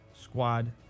squad